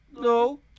No